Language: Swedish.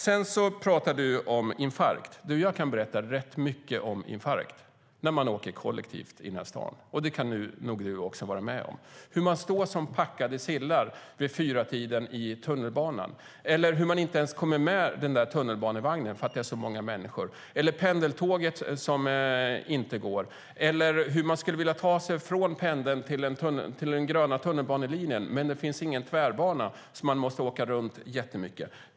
Sedan pratade du om infarkt. Jag kan berätta rätt mycket om infarkt när man åker kollektivt i den här stan. Det har nog du också varit med om. Människor står som packade sillar vid 16-tiden i tunnelbanan. Man kanske inte ens kommer med tunnelbanevagnen för att det är så många människor. Det är pendeltåg som inte går. Man kanske skulle vilja ta sig från pendeln till den gröna tunnelbanelinjen, men det finns ingen tvärbana, så man måste åka runt jättemycket.